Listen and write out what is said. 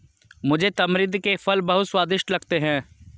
मुझे तमरिंद के फल बहुत स्वादिष्ट लगते हैं